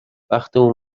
بختمون